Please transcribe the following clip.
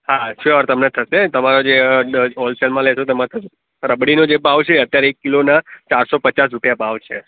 હા સ્યોર તમને થશે તમારો જે હોલસેલમાં લેશો તમારે થશે રબડીનો જે ભાવ છે અત્યારે એક કિલોના ચારસો પચાસ રૂપિયા ભાવ છે